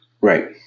Right